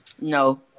no